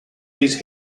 these